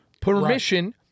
permission